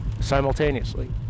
simultaneously